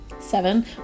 Seven